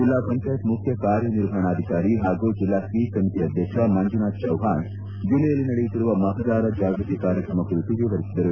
ಬೆಲ್ಲಾ ಪಂಚಾಯತ್ ಮುಖ್ಯಕಾರ್ಯನಿರ್ವಹಣಾಧಿಕಾರಿ ಹಾಗೂ ಜಿಲ್ಲಾ ಸ್ವೀಷ್ ಸಮಿತಿ ಅಧ್ಯಕ್ಷ ಮಂಜುನಾಥ ಚವ್ಹಾಣ್ ಜಿಲ್ಲೆಯಲ್ಲಿ ನಡೆಯುತ್ತಿರುವ ಮತದಾರ ಜಾಗೃತಿ ಕಾರ್ಯಕ್ರಮ ಕುರಿತು ವಿವರಿಸಿದರು